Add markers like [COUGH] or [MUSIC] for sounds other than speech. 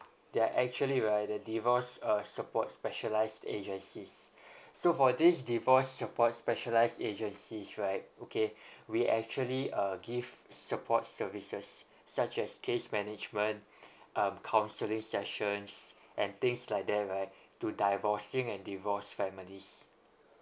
they are actually right the divorce uh support specialised agencies [BREATH] so for this divorce support specialised agencies right okay [BREATH] we actually uh give support services [BREATH] such as case management [BREATH] um counseling sessions and things like that right to divorcing and divorce families